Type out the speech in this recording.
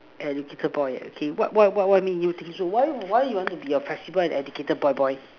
and difficult boy okay what what what make you think so why why you want to be your president and educated boy boy